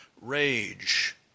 rage